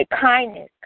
kindness